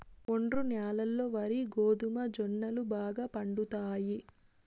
ఒండ్రు న్యాలల్లో వరి, గోధుమ, జొన్నలు బాగా పండుతాయి